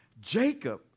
Jacob